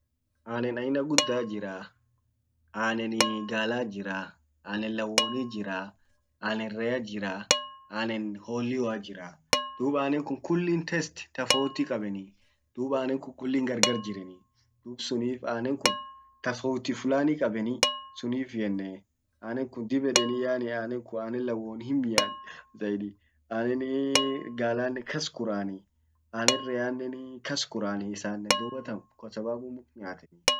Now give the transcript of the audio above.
Anan aina guddat jiraa. ananii galat jiraa anan lawonit jiraa anan reat jiraa anan holioat jiraa duub anan kun kulli test tofauti qaabenii duub anan kun kullin gargar jiranii duub sunif anan kun tofauti flani qabani sunif yennee anan kun dib yedeni yani anan kun anan lawoni hin miaa zaidi ananii galanen kas kuraa anan reanenii kas kurani isanen dubatan kwa sababu muk nyaatanii.